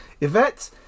Yvette